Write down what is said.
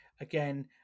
Again